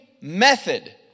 method